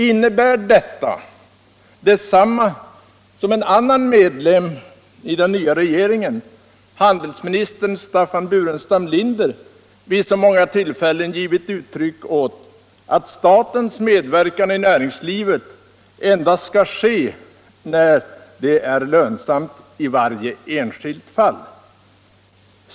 Innebär detta detsamma som en annan medlem i den nya regeringen, handelsministern Staffan Burenstam Linder, vid så många tillfällen givit uttryck åt, att statens medverkan i näringslivet endast skall ske när det är lönsamt i varje enskilt fall.